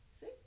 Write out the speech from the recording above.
See